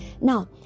Now